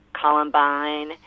Columbine